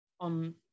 on